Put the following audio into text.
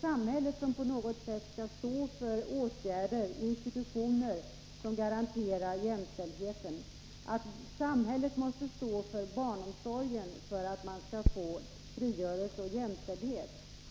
Samhället skall på något sätt stå för åtgärder och institutioner som garanterar jämställdheten, och samhället måste stå för barnomsorgen för att man skall få frigörelse och jämställdhet.